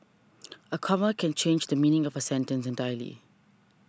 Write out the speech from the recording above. a comma can change the meaning of a sentence entirely